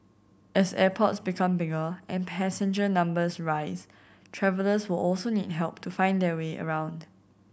as airports become bigger and passenger numbers rise travellers will also need help to find their way around